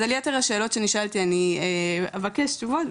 על יתר השאלות שנשאלתי אני אבקש תשובות,